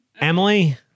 Emily